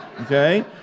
okay